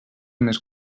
més